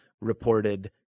reported